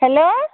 hello